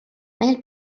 mehel